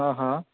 हँ हँ